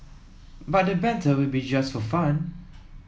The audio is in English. but the banter will be just for fun